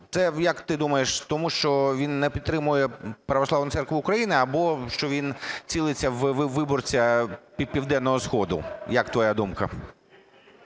Це, як ти думаєш, тому що він не підтримує Православну церкву України або, що він цілиться у виборця південного сходу? Яка твоя думка?